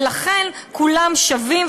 ולכן כולם שווים,